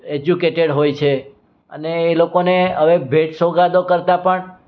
educated હોય છે અને એ લોકોને હવે ભેટ સોગાદો કરતાં પણ